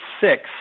six